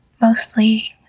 Mostly